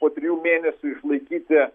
po trijų mėnesių išlaikyti